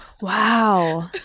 Wow